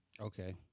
Okay